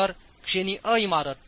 तर श्रेणीअ इमारत